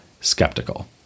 skeptical